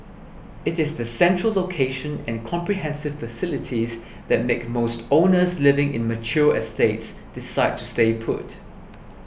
it is the central location and comprehensive facilities that make most owners living in mature estates decide to stay put